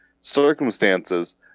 circumstances